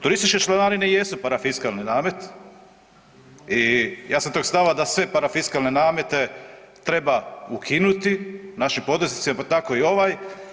Turističke članarine jesu parafiskalni namet i ja sam tog stava da sve parafiskalne namete treba ukinuti našim poduzetnicima, pa tako i ovaj.